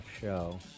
show